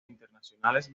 internacionales